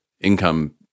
income